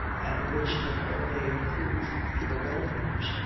and which the more they improve to their own use,